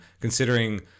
considering